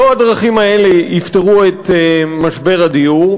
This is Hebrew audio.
לא הדרכים האלה יפתרו את משבר הדיור.